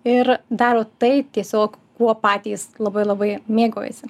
ir daro tai tiesiog kuo patys labai labai mėgaujasi